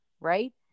right